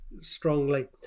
strongly